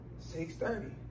6.30